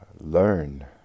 learn